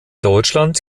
deutschland